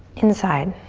inside.